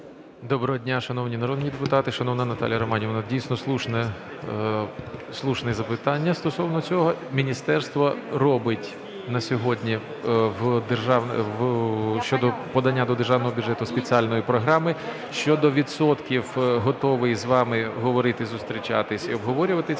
Доброго дня, шановні народні депутати, шановна Наталя Романівна. Дійсно слушне запитання стосовно цього. Міністерство робить на сьогодні щодо подання до державного бюджету спеціальної програми. Щодо відсотків готовий з вами говорити, зустрічатись і обговорювати